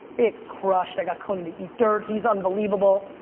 it crushed. i got conan to eat dirt, he's unbelievable.